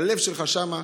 הלב שלך שם.